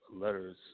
Letters